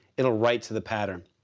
it'll write to the pattern.